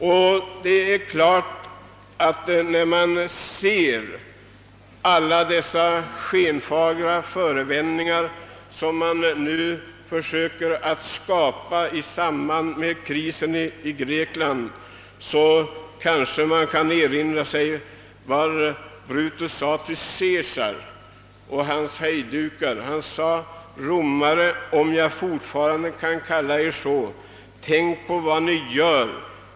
Och när man tar del av alla dessa skenheliga förevändningar i samband med krisen i Grekland erinrar man sig vad Brutus sade till Caesars hejdukar: Romare, om jag fortfarande kan kalla er så, tänk på vad ni gör.